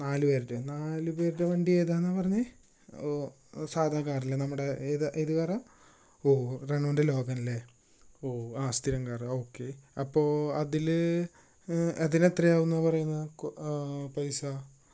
നാലു പേരുടെയോ നാലു പേരുടെ വണ്ടി ഏതാണെന്നാണ് പറഞ്ഞത് ഓ സാധാ കാറാണ് അല്ലെ നമ്മുടെ ഏത് ഏത് കാറാണ് ഓ റെനോൾഡ് ലോഗൻലേ ഓ സ്ഥിരം കാർ ഓക്കേ അപ്പോൾ അതിൽ അതിന് എയാവുംന്നാ പറയുന്നത് പൈസ